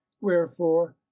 wherefore